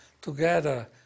Together